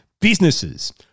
businesses